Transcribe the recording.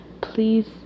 please